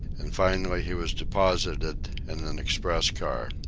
and finally he was deposited in an express car.